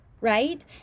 right